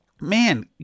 man